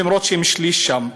למרות שהם שליש שם.